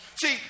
See